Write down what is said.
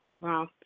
Wow